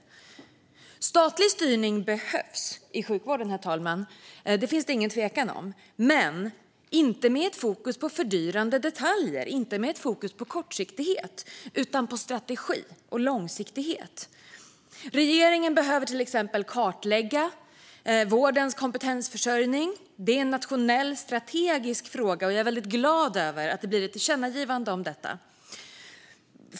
Herr talman! Statlig styrning behövs i sjukvården. Det är det ingen tvekan om. Men fokus ska inte vara på fördyrande detaljer och kortsiktighet utan på strategi och långsiktighet. Regeringen behöver till exempel kartlägga vårdens kompetensförsörjning. Det är en nationell, strategisk fråga. Jag är väldigt glad över att utskottet föreslår ett tillkännagivande om detta.